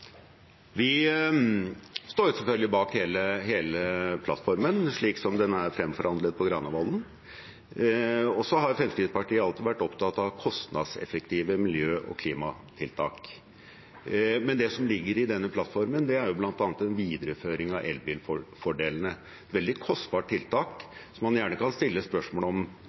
Vi står selvfølgelig bak hele plattformen slik den er fremforhandlet på Granavolden. Fremskrittspartiet har alltid vært opptatt av kostnadseffektive miljø- og klimatiltak. Det som ligger i denne plattformen, er bl.a. en videreføring av elbilfordelene – veldig kostbare tiltak, som man gjerne kan stille spørsmål